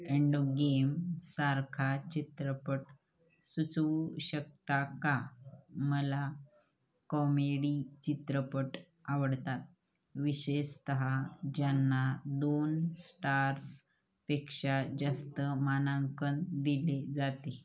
Endgame सारखा चित्रपट सुचवू शकता का मला कॉमेडी चित्रपट आवडतात विशेषतः ज्यांना दोन श्टार्सपेक्षा जास्त मानांकन दिले जाते